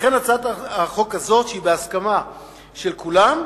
לכן הצעת החוק הזאת, שהיא בהסכמה של כולם: